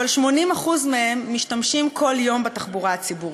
אבל 80% מהם משתמשים כל יום בתחבורה הציבורית,